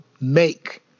make